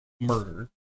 murder